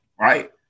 right